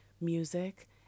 music